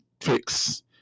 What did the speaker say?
fix